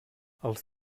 els